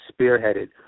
spearheaded